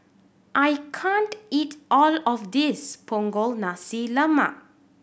I can't eat all of this Punggol Nasi Lemak